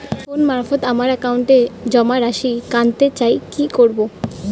Phone মারফত আমার একাউন্টে জমা রাশি কান্তে চাই কি করবো?